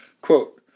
Quote